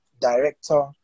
director